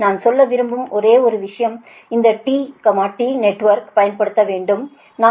நான் சொல்ல விரும்பும் ஒரே ஒரு விஷயம் அந்த T T நெட்வொர்க்கைப் பயன்படுத்த வேண்டாம்